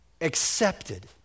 accepted